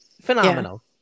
Phenomenal